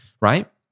right